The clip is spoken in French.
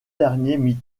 derniers